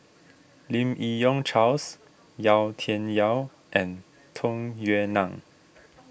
Lim Yi Yong Charles Yau Tian Yau and Tung Yue Nang